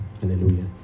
hallelujah